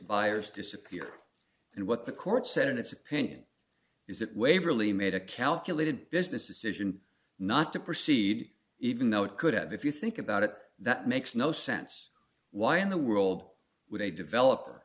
buyers disappear and what the court said in its opinion is that waverley made a calculated business decision not to proceed even though it could have if you think about it that makes no sense why in the world would a developer